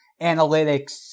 analytics